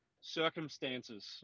circumstances